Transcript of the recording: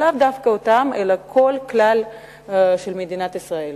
ולאו דווקא אותם, אלא את כלל מדינת ישראל.